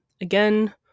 again